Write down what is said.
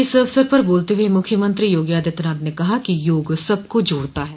इस अवसर पर बोलते हुये मुख्यमंत्री योगी आदित्यनाथ ने कहा कि योग सबको जोड़ता है